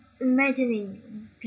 imagining